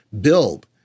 Build